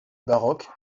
baroque